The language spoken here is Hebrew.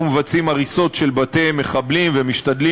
אנחנו מבצעים הריסות של בתי מחבלים ומשתדלים,